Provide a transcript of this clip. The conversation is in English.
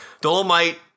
Dolomite